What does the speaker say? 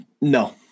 No